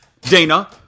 Dana